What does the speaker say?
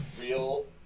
real